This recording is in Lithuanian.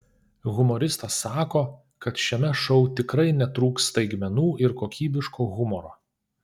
humoristas sako kad šiame šou tikrai netrūks staigmenų ir kokybiško humoro